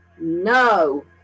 No